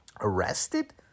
arrested